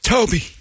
Toby